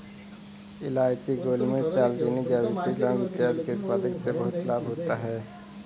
इलायची, गोलमिर्च, दालचीनी, जावित्री, लौंग इत्यादि के उत्पादन से बहुत लाभ होता है